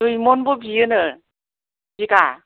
दुइ मनबो बियो नो बिगा